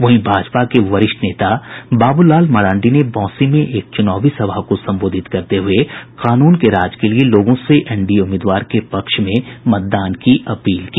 वहीं भाजपा के वरिष्ठ नेता बाबू लाल मरांडी ने बौंसी में एक चुनावी सभा को संबोधित करते हुये कानून के राज के लिए लोगों से एनडीए उम्मीदवार के पक्ष में मतदान करने की अपील की